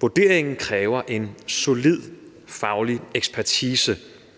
Vurderingen kræver en solid faglig ekspertise,